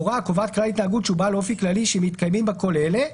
הוראה הקובעת כלל התנהגות שהוא בעל אופי כללי שמתקיימים בה כל אלה: